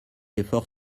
effort